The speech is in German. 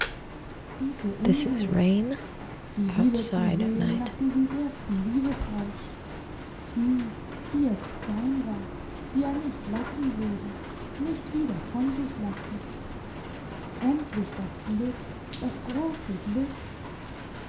diese unruhe sie wiederzusehen nach diesem ersten liebesrausch sie die jetzt sein war die er nicht lassen würde nicht wieder von sich lassen endlich das glück das grosse glück